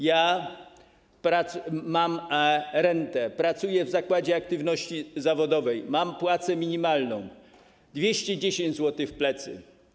Ja mam rentę, pracuję w zakładzie aktywności zawodowej, mam płacę minimalną - 210 zł w plecy.